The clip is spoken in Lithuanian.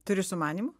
turi sumanymų